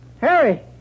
Harry